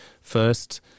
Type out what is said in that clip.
first